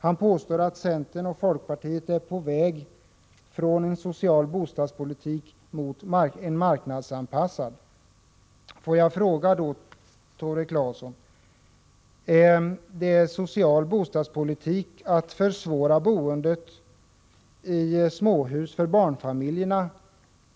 Han påstår att centerpartiet och folkpartiet är på väg från en social bostadspolitik mot en marknadsanpassad. Får jag fråga Tore Claeson: Är det en social bostadspolitik att försvåra boendet i småhus för barnfamiljerna?